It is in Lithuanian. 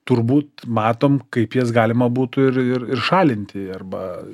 turbūt matom kaip jas galima būtų ir ir ir šalinti arba